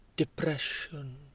Depression